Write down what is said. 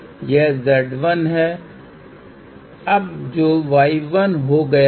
यह z1 है अब जो y1 हो गया है